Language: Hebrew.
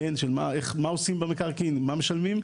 של מה עושים במקרקעין ומה משלמים,